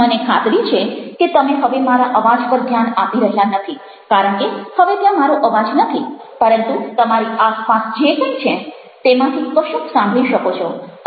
મને ખાતરી છે કે તમે હવે મારા અવાજ પર ધ્યાન આપી રહ્યા નથી કારણ કે હવે ત્યાં મારો અવાજ નથી પરંતુ તમારી આસપાસ જે કંઈ છે તેમાંથી કશુંક સાંભળી શકો છો